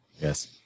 Yes